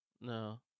No